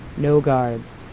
no guards,